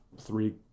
three